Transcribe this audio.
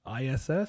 ISS